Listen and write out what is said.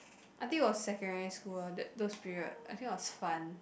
I think it was secondary school ah that those period I think was fun